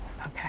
Okay